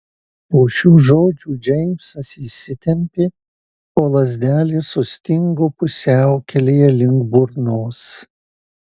po šių žodžių džeimsas įsitempė o lazdelės sustingo pusiaukelėje link burnos